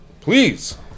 Please